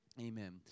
Amen